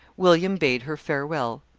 william bade her farewell.